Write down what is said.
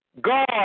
God